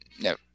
No